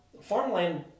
farmland